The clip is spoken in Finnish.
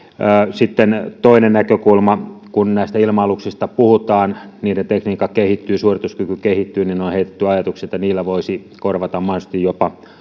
sitten toinen näkökulma kun näistä ilma aluksista puhutaan ja kun niiden tekniikka kehittyy suorituskyky kehittyy niin on heitetty ajatuksia että niillä voisi korvata mahdollisesti jopa